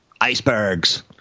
icebergs